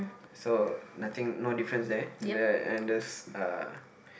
so nothing no difference there and the and the uh